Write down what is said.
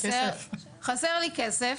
חסר לי כסף,